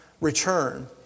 return